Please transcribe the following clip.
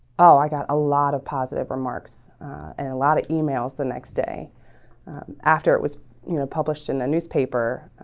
oh i got a lot of positive remarks and a lot of emails the next day after it was you know published in the newspaper.